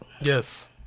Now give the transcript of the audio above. Yes